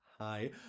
hi